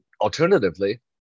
alternatively